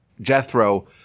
Jethro